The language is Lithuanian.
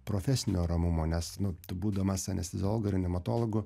profesinio ramumo nes nu tu būdamas anesteziologu reanimatologu